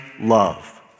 love